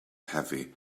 heavy